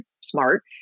smart